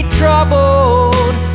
troubled